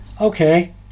Okay